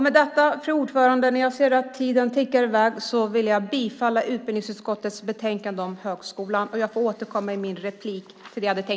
Med detta, fru talman, yrkar jag bifall till förslagen i utbildningsutskottets betänkande om högskolan.